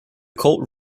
colt